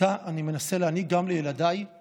ואותה אני מנסה להעניק גם לילדיי ולתלמידיי.